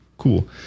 Cool